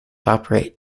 operate